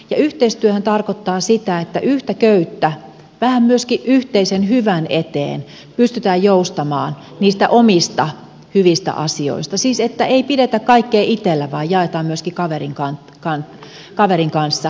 yhteistyöhän tarkoittaa sitä että yhtä köyttä vähän myöskin yhteisen hyvän eteen pystytään vetämään joustamaan niistä omista hyvistä asioista siis että ei pidetä kaikkea itsellä vaan jaetaan myöskin kaverin kanssa